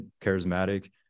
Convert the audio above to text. charismatic